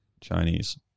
Chinese